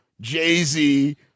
Jay-Z